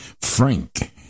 Frank